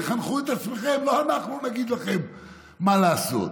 תחנכו את עצמכם, לא אנחנו נגיד לכם מה לעשות.